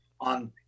on